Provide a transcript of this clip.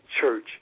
church